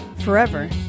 forever